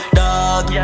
dog